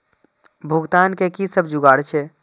भुगतान के कि सब जुगार छे?